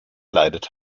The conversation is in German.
leitet